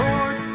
Lord